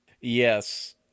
Yes